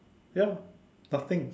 ya fasting